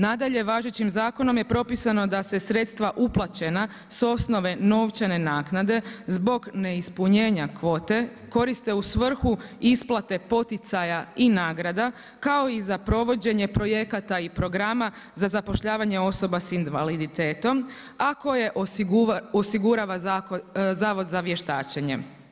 Nadalje važećim zakonom je propisano da se sredstva uplaćena s osnove novčane naknade zbog neispunjenja koriste u svrhu isplate poticaja i nagrada kao i za provođenje projekata i programa za zapošljavanje osoba sa invaliditetom a koje osigurava Zavod za vještačenje.